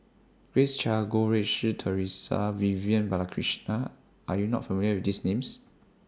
Grace Chia Goh Rui Si Theresa Vivian Balakrishnan Are YOU not familiar with These Names